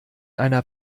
einer